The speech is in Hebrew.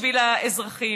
בשביל האזרחים.